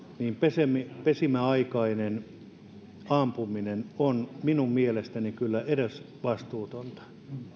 pesimäaikainen ampuminen on minun mielestäni kyllä edesvastuutonta